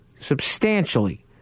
substantially